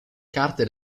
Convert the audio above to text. carte